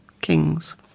kings